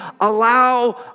allow